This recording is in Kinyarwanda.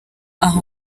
aha